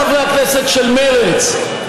חברי הכנסת של מרצ,